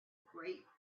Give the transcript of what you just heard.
great